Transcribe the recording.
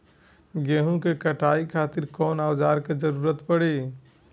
गेहूं के कटाई खातिर कौन औजार के जरूरत परी?